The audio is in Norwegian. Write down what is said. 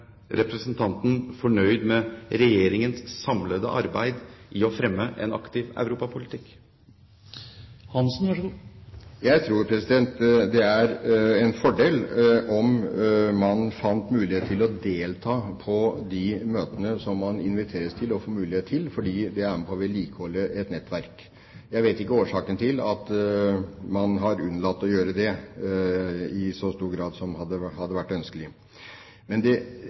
representanten fornøyd med Regjeringens samlede arbeid med å fremme en aktiv europapolitikk? Jeg tror det ville være en fordel om man fant anledning til å delta på de møtene som man inviteres til og får mulighet til, fordi det er med på å vedlikeholde et nettverk. Jeg vet ikke årsaken til at man har unnlatt å gjøre det i så stor grad som det hadde vært ønskelig. Hvorvidt man er fornøyd eller ikke, bør jo måles på resultatet. Det